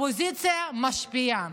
הפוזיציה משפיעה.